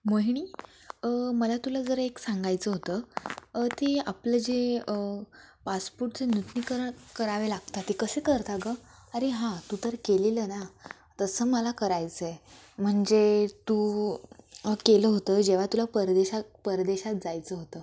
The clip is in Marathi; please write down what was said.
मोहिनी मला तुला जरा एक सांगायचं होतं ते आपलं जे पासपोर्टचे नुतनीकरण करावे लागते ते कसे करतात गं अरे हां तू तर केलेलं ना तसं मला करायचं आहे म्हणजे तू केलं होतं जेव्हा तुला परदेशात परदेशात जायचं होतं